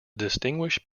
distinguish